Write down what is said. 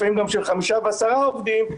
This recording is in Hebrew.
לפעמים גם של חמישה ועשרה עובדים,